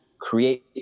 Create